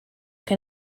can